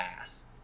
ass